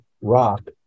rock